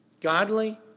Godly